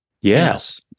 Yes